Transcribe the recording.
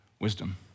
wisdom